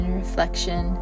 reflection